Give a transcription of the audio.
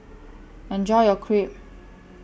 Enjoy your Crepe